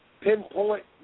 pinpoint